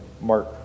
Mark